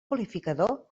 qualificador